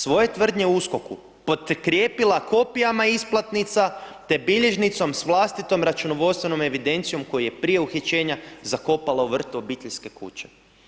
Svoje tvrdnje USKOK-u potkrijepila je kopijama isplatnica, te bilježnicom s vlastitom računovodstvenom evidencijom koju je prije uhićenja zakopala u vrtu obiteljske kuće.